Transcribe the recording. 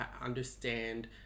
understand